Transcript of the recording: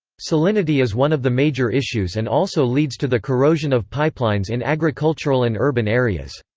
salinity is one of the major issues and also leads to the corrosion of pipelines in agricultural and urban areas.